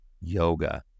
yoga